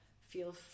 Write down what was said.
feel